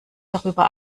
darüber